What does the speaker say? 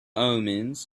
omens